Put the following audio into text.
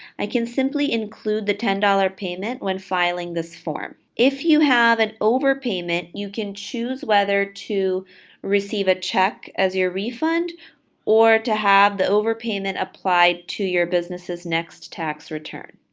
i can simply include the ten dollars payment when filing this form. if you have an overpayment, you can choose whether to receive a check as your refund or to have the overpayment applied to your business's next tax return.